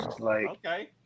Okay